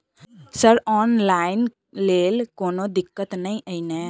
Sir online लैल कोनो दिक्कत न ई नै?